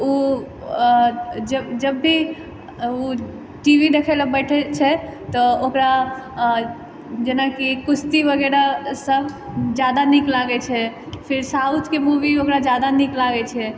ओ जब भी ओ टी वी देखैलए बैठै छै तऽ ओकरा जेनाकि कुश्ती वगैरह सब ज्यादा नीक लागै छै फेर साउथके मूवी ओकरा ज्यादा नीक लागै छै